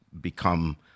become